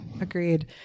Agreed